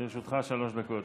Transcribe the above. לרשותך שלוש דקות.